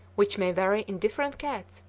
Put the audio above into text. which may vary in different cats,